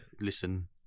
listen